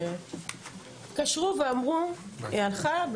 התקשרו ואמרו היא הלכה,